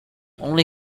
only